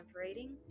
rating